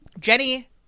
Jenny